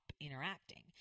interacting